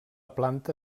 planta